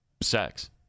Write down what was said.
sex